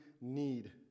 need